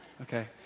Okay